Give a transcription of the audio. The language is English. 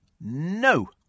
No